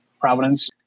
Providence